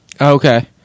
okay